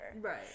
Right